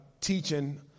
teaching